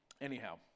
anyhow